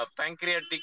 pancreatic